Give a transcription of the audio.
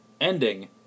ending